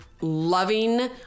Loving